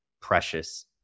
precious